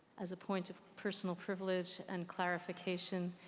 as a point of personal privilege and clarification,